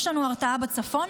יש לנו הרתעה בצפון?